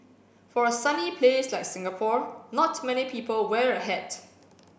for a sunny place like Singapore not many people wear a hat